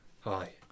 Hi